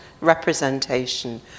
representation